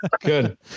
Good